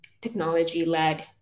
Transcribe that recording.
technology-led